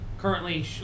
Currently